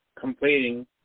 completing